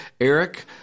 Eric